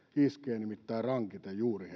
iskevät nimittäin rankimmin juuri